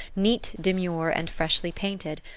neat, demure and freshly painted,